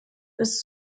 bis